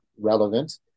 relevant